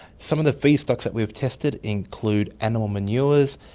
some of the feedstocks that we've tested include animal manures,